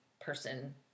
person